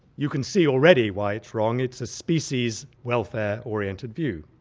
you can see already why it's wrong it's a species welfare-oriented view.